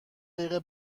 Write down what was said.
دقیقه